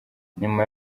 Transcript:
nyuma